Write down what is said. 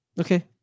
Okay